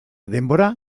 denbora